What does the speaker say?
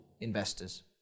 investors